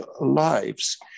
lives